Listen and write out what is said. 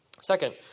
Second